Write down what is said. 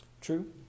True